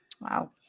wow